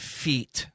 feet